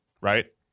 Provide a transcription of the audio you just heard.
right